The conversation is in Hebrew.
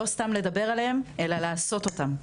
לא סתם לדבר עליהם, אלא לעשות אותם.